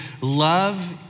love